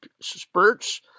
spurts